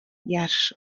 yet